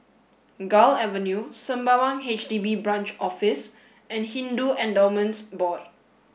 Gul Avenue Sembawang H D B Branch Office and Hindu Endowments Board